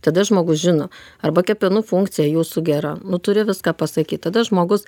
tada žmogus žino arba kepenų funkcija jūsų gera nu turi viską pasakyt tada žmogus